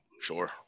sure